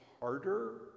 harder